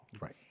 Right